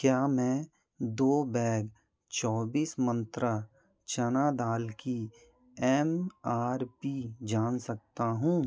क्या मैं दो बैग चौबीस मंत्रा चना दाल की एम आर पी जान सकता हूँ